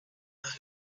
más